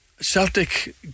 Celtic